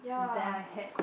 that I had